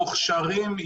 מוכשרים,